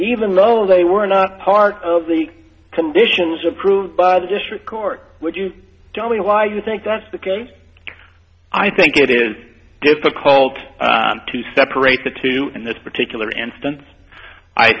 even though they were not part of the conditions approved by the district court would you tell me why you think that's the case i think it is difficult to separate the two in this particular instance i